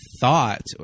thought